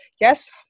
Yes